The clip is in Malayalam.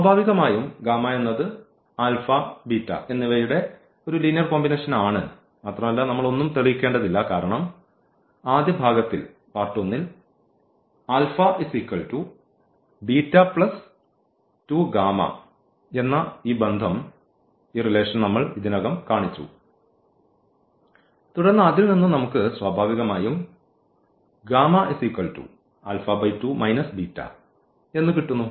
സ്വാഭാവികമായും എന്നത് എന്നിവയുടെ ഒരു ലീനിയർ കോമ്പിനേഷൻ ആണ് മാത്രമല്ല നമ്മൾ ഒന്നും തെളിയിക്കേണ്ടതില്ല കാരണം ആദ്യ ഭാഗത്തിൽ എന്ന ഈ ബന്ധം നമ്മൾ ഇതിനകം കാണിച്ചു തുടർന്ന് അതിൽനിന്നും നമുക്ക് സ്വാഭാവികമായും എന്ന് കിട്ടുന്നു